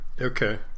Okay